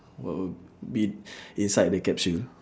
what would be inside the capsule